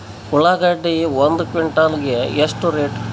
ಉಳ್ಳಾಗಡ್ಡಿ ಒಂದು ಕ್ವಿಂಟಾಲ್ ಗೆ ಎಷ್ಟು ರೇಟು?